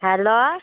hello